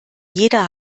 jeder